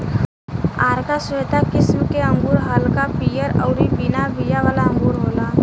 आरका श्वेता किस्म के अंगूर हल्का पियर अउरी बिना बिया वाला अंगूर होला